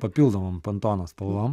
papildomom pantono spalvom